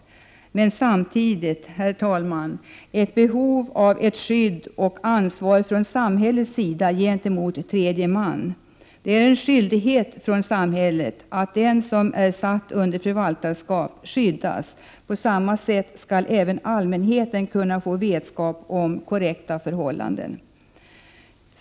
Det finns dock samtidigt, herr talman, ett behov av ett skydd och ansvar från samhällets sida gentemot tredje man. Det är en skyldighet för samhället att se till att den som är satt under förvaltarskap skyddas. På samma sätt skall även allmänheten kunna få vetskap om korrekta förhållanden.